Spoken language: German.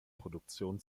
produktion